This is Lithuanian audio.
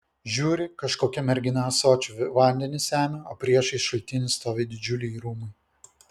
žiūri kažkokia mergina ąsočiu vandenį semia o priešais šaltinį stovi didžiuliai rūmai